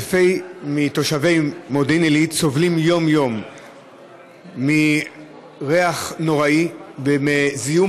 אלפי תושבי מודיעין עילית סובלים יום-יום מריח נוראי ומזיהום